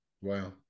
Wow